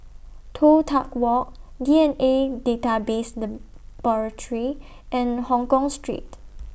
Toh Tuck Walk D N A Database Laboratory and Hongkong Street